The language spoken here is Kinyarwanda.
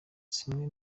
zimwe